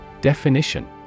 Definition